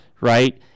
Right